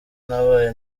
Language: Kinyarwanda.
ntabaye